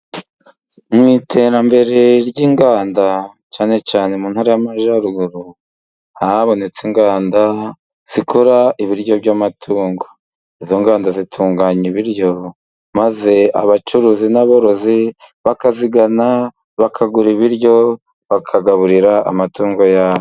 Mu iterambere ry'inganda， cyane cyane mu ntara y'Amajyaruguru， habonetse inganda zikora ibiryo by'amatungo. Izo nganda zitunganya ibiryo maze abacuruzi n'aborozi bakazigana，bakagura ibiryo，bakagaburira amatungo yabo.